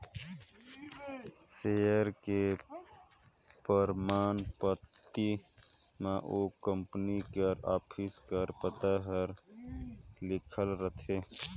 share के परमान पाती म ओ कंपनी कर ऑफिस कर पता हर लिखाल रहथे